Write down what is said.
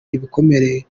ibikomere